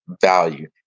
value